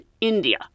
India